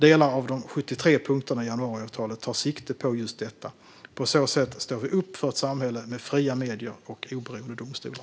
Delar av de 73 punkterna i januariavtalet tar sikte på just detta. På så sätt står vi upp för ett samhälle med fria medier och oberoende domstolar.